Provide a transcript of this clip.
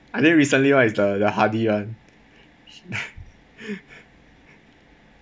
I think recently one is the hardy one